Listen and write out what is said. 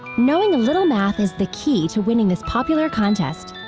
knowing a little math is the key to winning this popular contest.